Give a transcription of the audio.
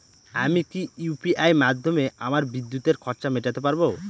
আমি কি ইউ.পি.আই মাধ্যমে আমার বিদ্যুতের খরচা মেটাতে পারব?